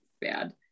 bad